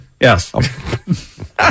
Yes